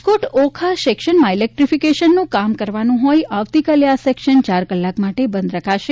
રાજકોટ ઓખા સેક્શનમાં ઇલેક્ટ્રી ફીકેશનનું કામ કરવાનું હોઈ આવતીકાલે આ સેક્શન ચાર કલાક માટે બંધ રખાશે